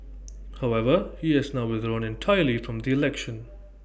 however he has now withdrawn entirely from the election